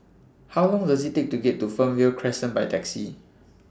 How Long Does IT Take to get to Fernvale Crescent By Taxi